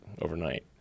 overnight